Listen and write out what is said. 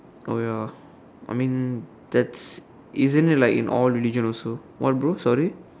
oh ya I mean that's isn't that like in all religion also what bro sorry